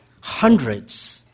hundreds